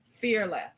fearless